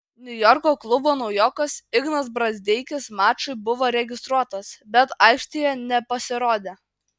niujorko klubo naujokas ignas brazdeikis mačui buvo registruotas bet aikštėje nepasirodė